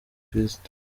kirisitu